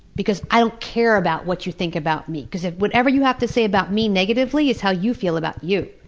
because i don't care about what you think about me. ah whatever you have to say about me negatively is how you feel about you.